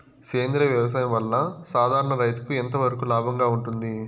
సేంద్రియ వ్యవసాయం వల్ల, సాధారణ రైతుకు ఎంతవరకు లాభంగా ఉంటుంది?